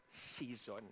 season